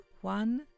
One